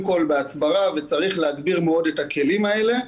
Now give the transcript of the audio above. כל בהסברה וצריך להסביר מאוד את הכלים האלה.